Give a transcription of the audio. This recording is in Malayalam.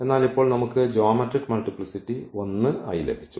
എന്നാൽ ഇപ്പോൾ നമുക്ക് ജ്യോമെട്രിക് മൾട്ടിപ്ലിസിറ്റി 1 ആയി ലഭിച്ചു